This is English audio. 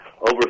over